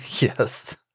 Yes